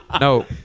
no